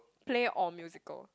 play or musical